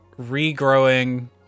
regrowing